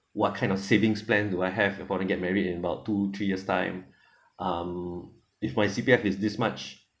what kind of savings plan do I have according to get married in about two three years time um if my C_P_F is this much